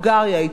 פורטוגל,